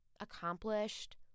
accomplished